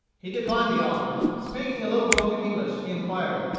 he declined the offer. speaking a little broken english, he inquired,